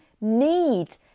need